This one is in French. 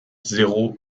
zéro